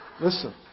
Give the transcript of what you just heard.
Listen